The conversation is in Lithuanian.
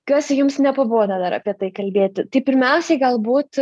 kas jums nepabodo dar apie tai kalbėti tai pirmiausiai galbūt